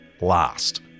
last